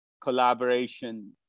collaboration